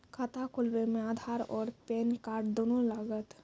खाता खोलबे मे आधार और पेन कार्ड दोनों लागत?